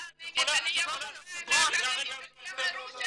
אתה נגד עליה מאוקראינה, אתה נגד עליה מרוסיה